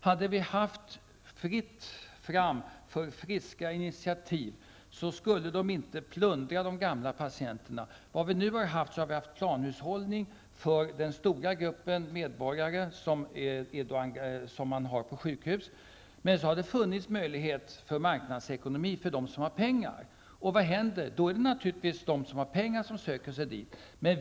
Hade det varit fritt fram för friska initiativ, skulle de äldre patienterna inte ha plundrats. Det har nu bedrivits planhushållning för den stora grupp av medborgare som vistas på sjukhus. Det har dock funnits möjlighet för marknadsekonomi för dem som har pengar. Vad händer då? Jo, det är naturligtvis de som har pengar som söker sig till sjukvården.